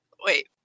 Wait